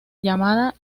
llamada